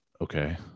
Okay